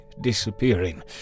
disappearing